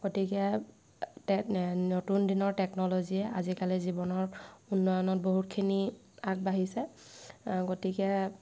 গতিকে নতুন দিনৰ টেকন'ল'জীয়ে আজিকালিৰ জীৱনৰ উন্নয়নত বহুতখিনি আগবাঢ়িছে গতিকে